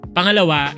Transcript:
Pangalawa